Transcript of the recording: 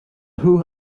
who